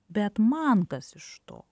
bet man kas iš to